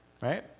right